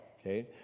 okay